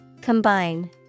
Combine